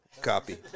copy